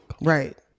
Right